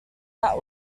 that